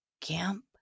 Camp